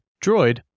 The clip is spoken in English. droid